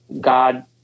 God